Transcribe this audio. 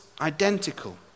identical